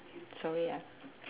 sorry ah